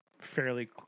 fairly